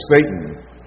Satan—